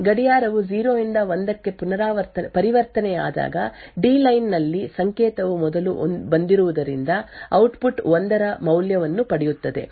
ಮತ್ತೊಂದೆಡೆ ಗಡಿಯಾರವು 0 ರಿಂದ 1 ಕ್ಕೆ ಪರಿವರ್ತನೆಯಾದಾಗ ಗಡಿಯಾರವು 1 ನೇ ಸ್ಥಾನಕ್ಕೆ ಬಂದಿದ್ದರೆ ಡಿ ಇನ್ನೂ 0 ಮೌಲ್ಯದಲ್ಲಿದೆ ಮತ್ತು ಆದ್ದರಿಂದ ಔಟ್ಪುಟ್ ಕ್ಯೂ 0 ಮೌಲ್ಯವನ್ನು ಪಡೆಯುತ್ತದೆ ಎಂದು ಅದು ನೋಡುತ್ತದೆ